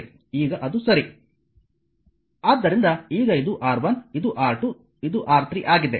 ಆದ್ದರಿಂದ ಈಗ ಇದು R1 ಇದು R2 ಇದು R3 ಆಗಿದೆ